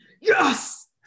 yes